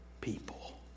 people